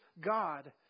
God